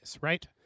right